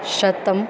शतं